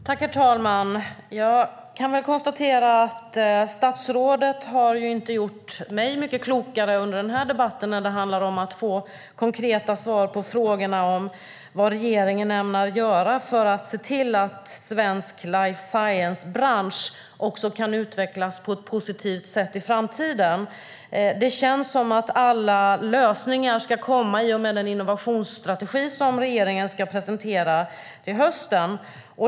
Herr talman! Jag kan väl konstatera att statsrådet inte har gjort mig mycket klokare under den här debatten när det handlar om att få konkreta svar på frågorna om vad regeringen ämnar göra för att se till att den svenska life science-branschen kan utvecklas på ett positivt sätt i framtiden. Det känns som att alla lösningar ska komma i och med den innovationsstrategi som regeringen ska presentera till hösten.